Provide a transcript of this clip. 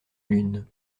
lune